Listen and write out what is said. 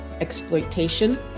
exploitation